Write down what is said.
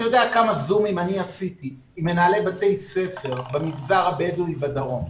אתה יודע כמה זומים אני עשיתי עם מנהלי בתי ספר במגזר הבדואי בדרום?